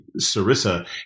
Sarissa